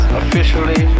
officially